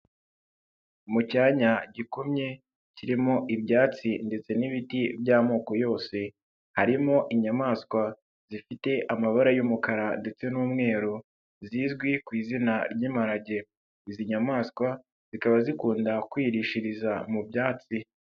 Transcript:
Mu cyanya gikomye kirimo ibyatsi ndetse n'ibiti by'amoko yose, harimo inyamaswa zifite amabara y'umukara ndetse n'umweru zizwi ku izina ry'imparage, izi nyamaswa zikaba zikunda kwirishiriza mu byatsi.